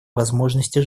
возможности